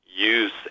use